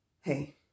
Hey